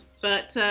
but,